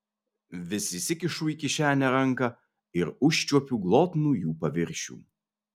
vis įsikišu į kišenę ranką ir užčiuopiu glotnų jų paviršių